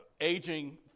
aging